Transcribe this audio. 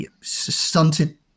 stunted